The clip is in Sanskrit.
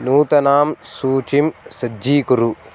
नूतनां सूचीं सज्जीकुरु